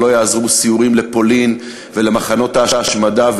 ולא יעזרו סיורים לפולין ולמחנות ההשמדה,